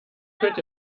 könnt